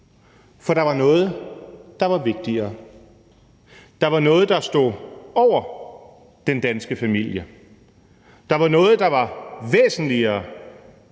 – der var noget, der var vigtigere. Der var noget, der stod over den danske familie. Der var noget, der var væsentligere,